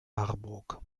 marburg